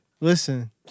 Listen